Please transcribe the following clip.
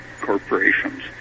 corporations